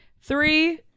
three